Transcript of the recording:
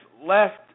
left